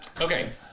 Okay